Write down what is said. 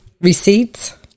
Receipts